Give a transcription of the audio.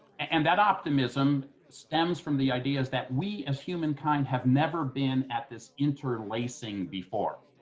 and that optimism stems from the ideas that we as humankind have never been at this interlacing before,